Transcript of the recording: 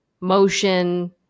motion